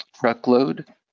truckload